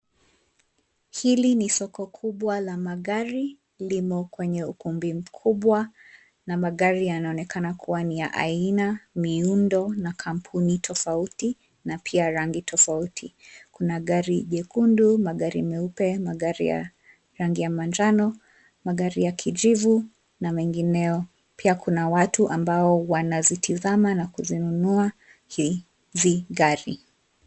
Hili ni soko kubwa la magari, limo kwenye ukumbi mkubwa. Magari yanaonekana kuwa ya aina, miundo na kampuni tofauti, na pia rangi tofauti. Kuna gari jekundu, magari meupe, magari ya rangi ya manjano, magari ya kijivu na mengineyo. Pia kuna watu ambao wanayatazama na kuyanunua magari haya.